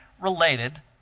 related